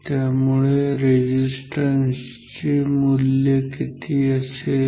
त्यामुळे रेझिस्टन्स चे हे मूल्य किती असेल